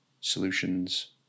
solutions